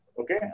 Okay